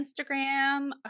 Instagram